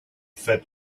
fat